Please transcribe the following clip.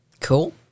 Cool